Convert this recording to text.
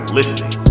listening